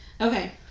Okay